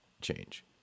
change